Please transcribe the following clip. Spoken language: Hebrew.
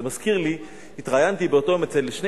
זה מזכיר לי: התראיינתי באותו יום אצל שני